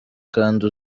kandi